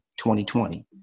2020